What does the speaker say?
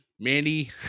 Mandy